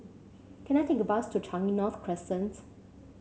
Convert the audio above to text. can I take a bus to Changi North Crescent